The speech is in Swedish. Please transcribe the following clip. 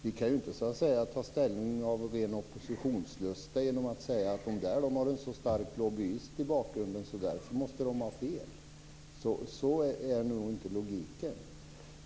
Vi kan inte ta ställning av ren oppositionslusta genom att säga: De där har en så stark lobbyist i bakgrunden, så därför måste de ha fel! Så är nog inte logiken.